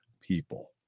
people